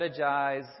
strategize